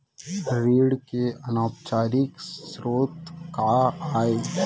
ऋण के अनौपचारिक स्रोत का आय?